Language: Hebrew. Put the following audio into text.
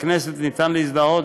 בבחירות לכנסת ניתן להזדהות,